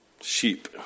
Sheep